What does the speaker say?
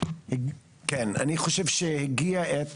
אני חושב שהגיעה העת